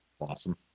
awesome